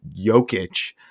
Jokic